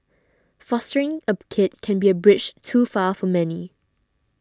fostering a kid can be a bridge too far for many